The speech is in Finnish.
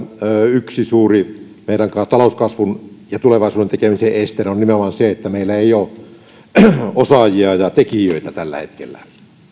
yksi suuri meidän talouskasvun ja tulevaisuuden tekemisen este on nimenomaan se että meillä ei ole osaajia ja tekijöitä tällä hetkellä